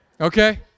Okay